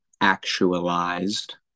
actualized